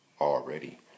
already